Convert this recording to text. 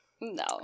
No